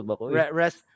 rest